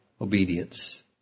obedience